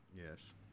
yes